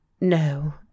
No